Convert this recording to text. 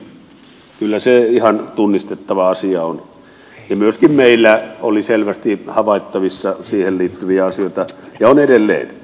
kyllä se ihan tunnistettava asia on ja myöskin meillä oli selvästi havaittavissa siihen liittyviä asioita ja on edelleen